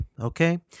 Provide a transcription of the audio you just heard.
okay